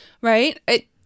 right